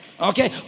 Okay